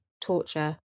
torture